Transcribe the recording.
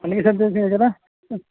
അല്ലെങ്കിൽ